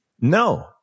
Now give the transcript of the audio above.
No